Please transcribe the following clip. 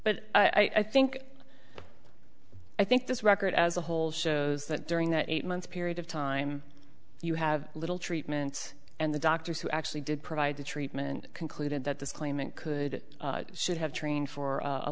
but i think i think this record as a whole shows that during that eight month period of time you have little treatment and the doctors who actually did provide the treatment concluded that this claimant could should have trained for a